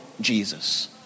Jesus